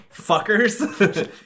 fuckers